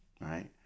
right